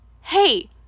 hey